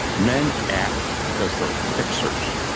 men act because they're fixers.